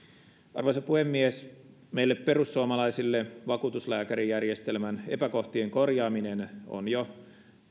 arvoisa puhemies meille perussuomalaisille vakuutuslääkärijärjestelmän epäkohtien korjaaminen on jo